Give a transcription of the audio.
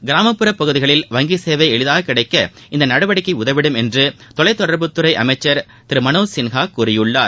கிராமப்புறபகுதிகளில்வங்கிசேவைஎளிதாகக்கிடைக்கஇந்தநடவடிக்கைஉதவிடும்எ ன்றுதொலைத்தொடர்புத்துறைஅமைச்சர்திருமனோஜ்சின்ஹாகூறியுள்ளார்